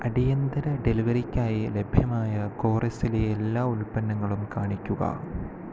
അടിയന്തര ഡെലിവറിക്കായി ലഭ്യമായ കോറെസിലെ എല്ലാ ഉൽപ്പന്നങ്ങളും കാണിക്കുക